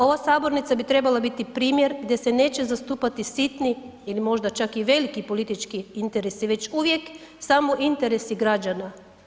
Ova sabornica bi trebala biti primjer gdje se neće zastupati sitni ili možda čak i veliki politički interesi, već uvijek samo interesi građana.